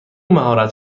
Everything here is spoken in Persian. مهارت